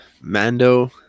mando